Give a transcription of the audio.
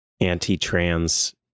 anti-trans